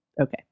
okay